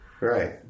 right